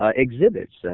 ah exhibits, and